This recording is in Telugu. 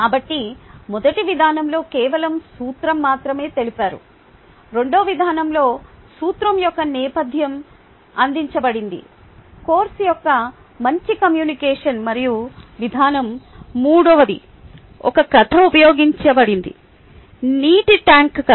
కాబట్టిమొదటి విధానంలో కేవలం సూత్రం మాత్రమే తెలిపారు రెండో విధానoలో సూత్రం యొక్క నేపథ్యం అందించబడింది కోర్సు యొక్క మంచి కమ్యూనికేషన్ మరియు విధానం 3 ఒక కథ ఉపయోగించబడింది నీటి ట్యాంక్ కథ